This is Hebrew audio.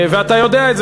אתה יודע את זה,